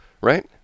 Right